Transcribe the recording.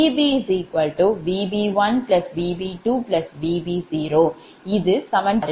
VcVc1Vc2Vc0 இது சமன்பாடு 7